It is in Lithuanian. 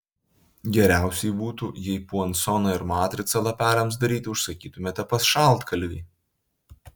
geriausiai būtų jei puansoną ir matricą lapeliams daryti užsakytumėte pas šaltkalvį